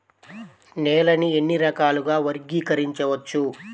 నేలని ఎన్ని రకాలుగా వర్గీకరించవచ్చు?